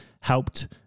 helped